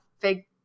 big